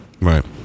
Right